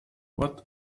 what